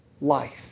life